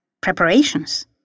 preparations